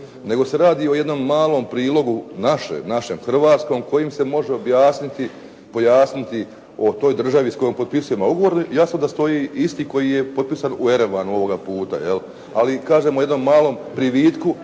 nego se radi o jednom malom prilogu našem hrvatskom kojim se može objasniti, pojasniti o toj državi s kojom potpisujemo ugovor. Jasno da stoji isti koji je potpisan u Erevanu ovoga puta. Ali kažem, u jednom malom privitku